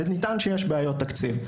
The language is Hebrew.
ונטען שיש בעיות תקציב.